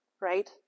right